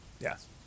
Yes